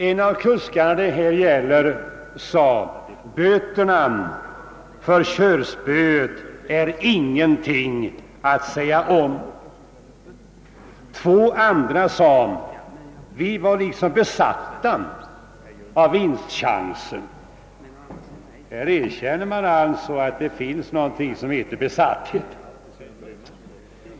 En av kuskarna sade: »Böterna för körspöet är inget säga om.» De två andra sade: »Vi var liksom besatta av vinstchansen.» — Här erkänner man alltså att det finns något som heter besatthet.